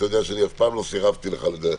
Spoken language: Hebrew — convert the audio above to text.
אתה יודע שאני אף פעם לא סירבתי לך לדבר,